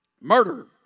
murder